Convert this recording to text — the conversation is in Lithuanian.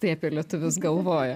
tai apie lietuvius galvoja